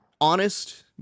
Honest